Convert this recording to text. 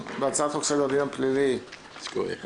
בהצעת חוק סדר הדין הפלילי (סמכויות אכיפה,